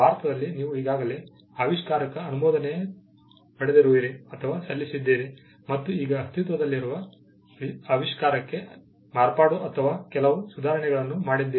ಭಾರತದಲ್ಲಿ ನೀವು ಈಗಾಗಲೇ ಆವಿಷ್ಕಾರಕ್ಕೆ ಅನುಮೋದನೆ ಪಡೆದಿರುವಿರಿ ಅಥವಾ ಸಲ್ಲಿಸಿದ್ದೀರಿ ಮತ್ತು ಈಗ ಅಸ್ತಿತ್ವದಲ್ಲಿರುವ ಆವಿಷ್ಕಾರಕ್ಕೆ ಮಾರ್ಪಾಡು ಅಥವಾ ಕೆಲವು ಸುಧಾರಣೆಗಳನ್ನು ಮಾಡಿದ್ದೀರಿ